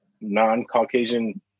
non-Caucasian